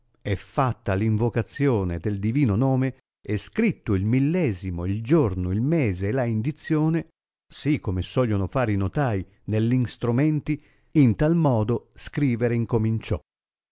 e fatta l invocazione del divino nome e scritto il millesimo il giorno il mese e la indizione si come sogliono far i notai neir instromenti in tal modo scrivere incominciò